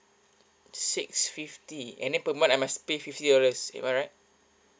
six fifty and then per month I must pay fifty dollars am I right